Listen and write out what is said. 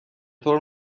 طور